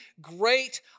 great